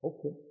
Okay